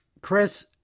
Chris